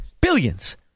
Billions